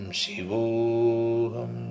shivoham